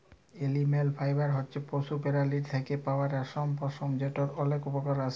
animal fibre হছে পশু পেরালীর থ্যাকে পাউয়া রেশম, পশম যেটর অলেক উপকরল আসে